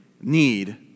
need